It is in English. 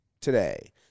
today